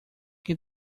que